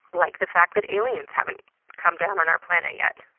like the fact that aliens haven't come down on our planet yet,